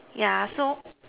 yeah so